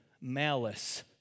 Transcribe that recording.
malice